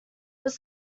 was